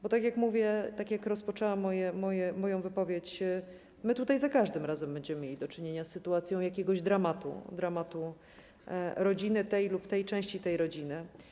Bo tak jak mówię, tak jak rozpoczęłam moją wypowiedź - my tu za każdym razem będziemy mieli do czynienia z sytuacją jakiegoś dramatu, dramatu rodziny lub części tej rodziny.